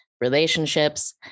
relationships